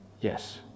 Yes